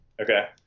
Okay